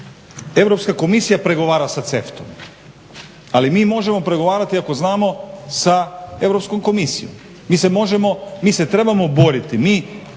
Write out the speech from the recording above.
Europska komisija pregovara sa CEFTA-om ali mi možemo pregovarati ako znamo sa Europskom komisijom. Mi se trebamo boriti,